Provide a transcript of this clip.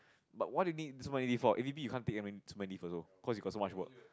but what do you need so many leave for A_V_P you can't take that so many leave cause you got too much work